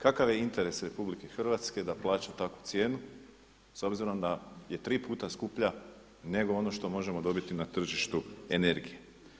Kakav je interes RH da plaća takvu cijenu s obzirom da je tri puta skuplja nego ono što možemo dobiti na tržištu energije?